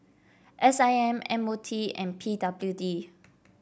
S I M M O T and P W D